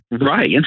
right